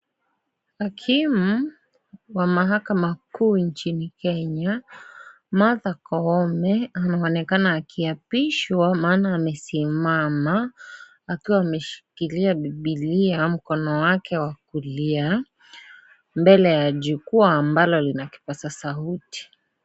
Hakimu wa mahakama kuu nchini Kenya Martha Koome anaonekana akiapishwa maana amesimama akiwa ameshikilia bibilia mkono wake wa kulia mbele ya jukwaa ambalo lina kipasa sauti.